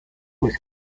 was